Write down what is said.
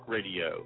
Radio